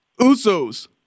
Usos